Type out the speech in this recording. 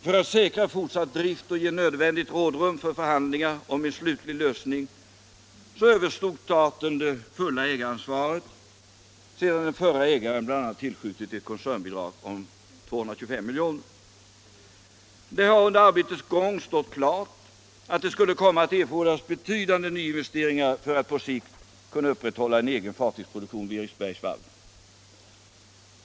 För att säkra fortsatt drift och ge nödvändigt rådrum för förhandlingar om en slutlig lösning övertog staten det fulla ägaransvaret, sedan den förra ägaren bl.a. tillskjutit ett koncernbidrag om 225 milj.kr. Det har under arbetets gång stått klart att det skulle komma att erfordras betydande nyinvesteringar för att man på sikt skulle kunna upprätthålla en egen fartygsproduktion vid Eriksbergs varv.